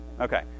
Okay